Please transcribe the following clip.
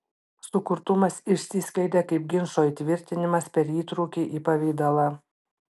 sukurtumas išsiskleidė kaip ginčo įtvirtinimas per įtrūkį į pavidalą